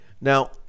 Now